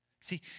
See